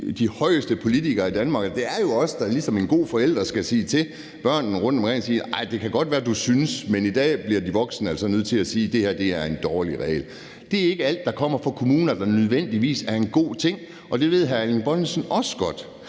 de fremmeste politikere i Danmark, og det er jo os, der ligesom en god forælder skal sige til børnene rundtomkring: Det kan godt være, du synes det her, men i dag bliver de voksne altså nødt til at sige, at det her er en dårlig regel. Det er ikke nødvendigvis alt, der kommer fra kommunerne, der er en god ting, og det ved hr. Erling Bonnesen også godt.